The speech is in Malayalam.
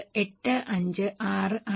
856 ആണ്